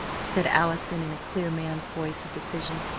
said allison in a clear man's voice of decision.